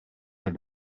het